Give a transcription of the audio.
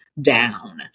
down